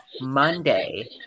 Monday